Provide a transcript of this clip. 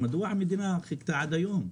מדוע המדינה חיכתה עד היום?